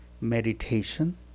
meditation